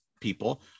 people